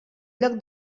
lloc